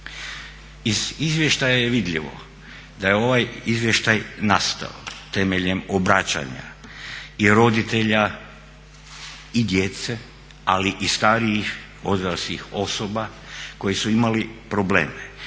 Iz izvještaja je vidljivo da je ovaj izvještaj nastao temeljem obraćanja i roditelja i djece ali i starijih odraslih osoba koji su imali probleme,